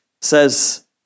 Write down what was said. says